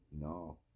no